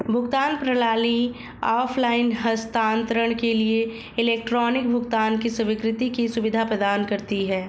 भुगतान प्रणाली ऑफ़लाइन हस्तांतरण के लिए इलेक्ट्रॉनिक भुगतान की स्वीकृति की सुविधा प्रदान करती है